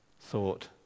thought